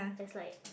has like